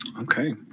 Okay